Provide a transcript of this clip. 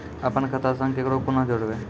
अपन खाता संग ककरो कूना जोडवै?